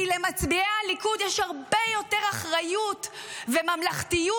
כי למצביעי הליכוד יש הרבה יותר אחריות וממלכתיות